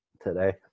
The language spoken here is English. Today